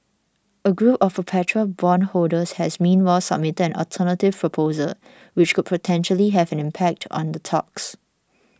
a group of perpetual bondholders has meanwhile submitted an alter